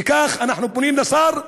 וכך, אנחנו פונים אל השר להתנצל,